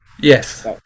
Yes